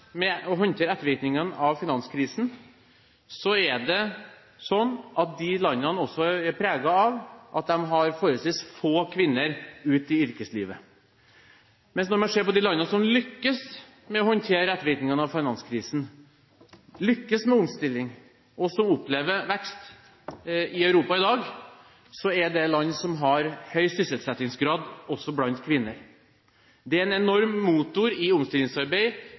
med å håndtere ettervirkningene av finanskrisen, så er det det at de landene også er preget av at de har forholdsvis få kvinner i yrkeslivet. Mens når man ser på de landene i Europa som lykkes med å håndtere ettervirkningene av finanskrisen – lykkes med omstilling – og som opplever vekst i dag, så er det land som har høy sysselsettingsgrad også blant kvinner. De er en enorm motor i omstillingsarbeidet